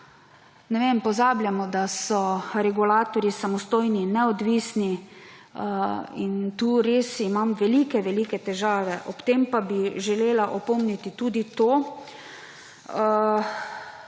Ne vem, pozabljamo, da so regulatorji samostojni in neodvisni in tu res imam velike velike težave. Ob tem pa bi želela tudi opomniti, da bo